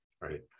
right